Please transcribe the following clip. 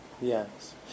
Yes